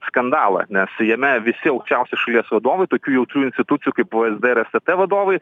skandalą nes jame visi aukščiausi šalies vadovai tokių jautrių institucijų kaip vsd ir stt vadovai